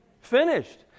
finished